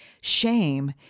Shame